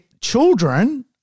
children